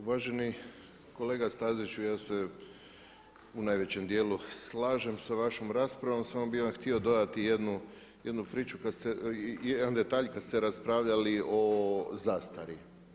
Uvaženi kolega Staziću ja se u najvećem dijelu slažem sa vašom raspravom samo bih vam htio dodati jednu priču kad ste, jedan detalj kad ste raspravljali o zastari.